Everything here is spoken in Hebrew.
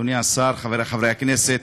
אדוני השר, חברי חברי הכנסת,